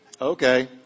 Okay